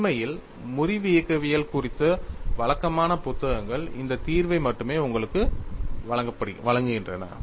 உண்மையில் முறிவு இயக்கவியல் குறித்த வழக்கமான புத்தகங்கள் இந்த தீர்வை மட்டுமே உங்களுக்கு வழங்குகின்றன